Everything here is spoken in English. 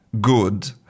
good